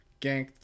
ganked